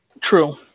True